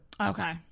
okay